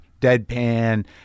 deadpan